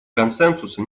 консенсуса